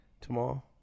Tomorrow